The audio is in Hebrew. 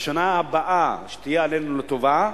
בשנה הבאה שתהיה עלינו לטובה,